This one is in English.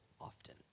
often